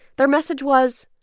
their message was,